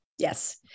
Yes